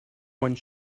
one